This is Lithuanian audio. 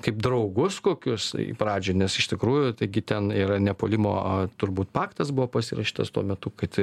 kaip draugus kokius pradžioj nes iš tikrųjų taigi ten yra nepuolimo turbūt paktas buvo pasirašytas tuo metu kad